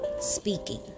speaking